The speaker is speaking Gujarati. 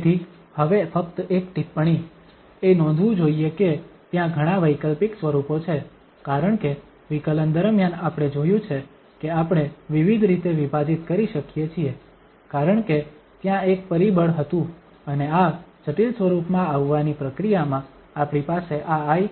તેથી હવે ફક્ત એક ટિપ્પણી એ નોંધવું જોઇએ કે ત્યાં ઘણાં વૈકલ્પિક સ્વરૂપો છે કારણ કે વિકલન દરમિયાન આપણે જોયું છે કે આપણે વિવિધ રીતે વિભાજીત કરી શકીએ છીએ કારણ કે ત્યાં એક પરિબળ હતું અને આ જટિલ સ્વરૂપમાં આવવાની પ્રક્રિયામાં આપણી પાસે આ i